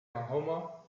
mahoma